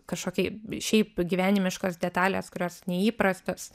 kažkokie šiaip gyvenimiškos detalės kurios neįprastas